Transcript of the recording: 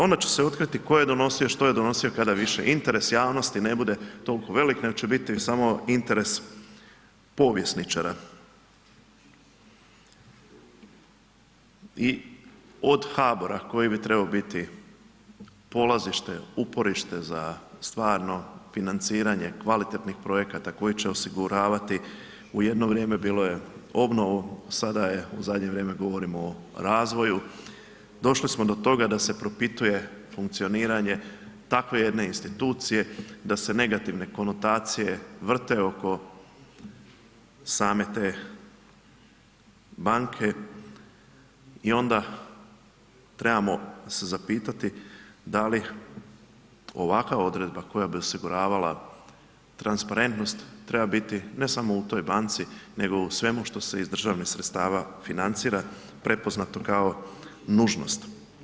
Onda će se otkriti tko je donosio, što je donosio kada više interes javnosti ne bude toliko velik nego će biti samo interes povjesničara i od HBOR-a koji bi trebao biti polazište, uporište za stvarno financiranje kvalitetnih projekata koji će osiguravati u jedno vrijeme bilo ... sada je zadnje vrijeme govorimo o razvoju, došli smo do toga da se propituje funkcioniranje takve jedne institucije, da se negativne konotacije vrte oko same te banke i onda trebamo se zapitati da li ovakva odredba koja bi osiguravala transparentnost, treba biti ne samo u toj banci nego u svemu što se iz državnih sredstava financira, prepoznato kao nužnost.